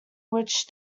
which